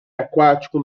aquático